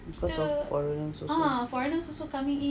because of foreigners also